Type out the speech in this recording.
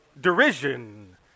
derision